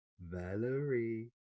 Valerie